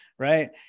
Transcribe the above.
Right